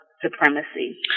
supremacy